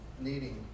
needing